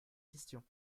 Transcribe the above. question